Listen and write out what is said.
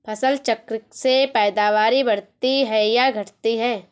फसल चक्र से पैदावारी बढ़ती है या घटती है?